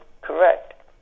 correct